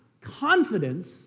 confidence